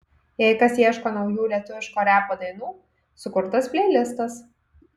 jei kas ieško naujų lietuviško repo dainų sukurtas pleilistas